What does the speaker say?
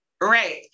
Right